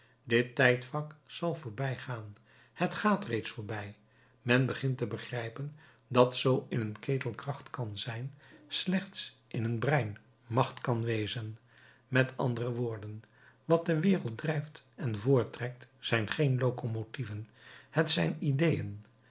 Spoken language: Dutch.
dit tijdvak zal voorbijgaan het gaat reeds voorbij men begint te begrijpen dat zoo in een ketel kracht kan zijn slechts in een brein macht kan wezen met andere woorden wat de wereld drijft en voorttrekt zijn geen locomotieven t zijn ideeën